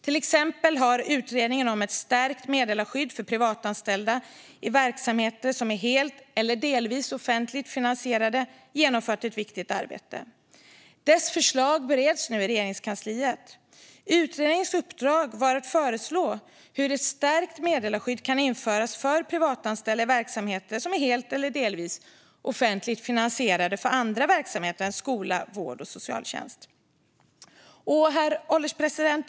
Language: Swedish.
Till exempel har Utredningen om ett stärkt meddelarskydd för privatanställda i verksamheter som är helt eller delvis offentligt finansierade genomfört ett viktigt arbete. Dess förslag bereds nu i Regeringskansliet. Utredningens uppdrag var att föreslå hur ett stärkt meddelarskydd kan införas för privatanställda i verksamheter som är helt eller delvis offentligt finansierade; det gällde andra verksamheter än skola, vård och socialtjänst. Herr ålderspresident!